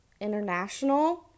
international